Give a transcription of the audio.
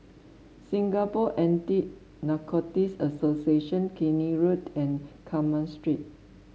Singapore Anti Narcotics Association Keene Road and Carmen Street